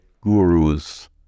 gurus